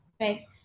right